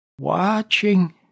watching